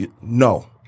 No